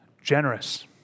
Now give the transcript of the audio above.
generous